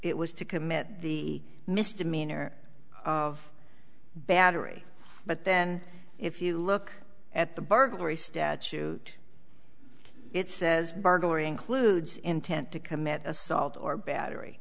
it was to commit the misdemeanor battery but then if you look at the burglary statute it says burglary includes intent to commit assault or battery